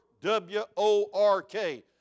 W-O-R-K